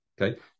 Okay